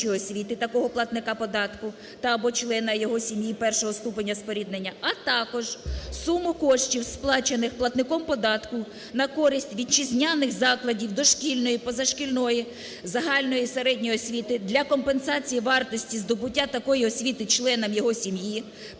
також суму коштів, сплачених платником податку на користь вітчизняних закладів дошкільної, позашкільної, загальної середньої освіти для компенсації вартості здобуття такої освіти членами його сім'ї першого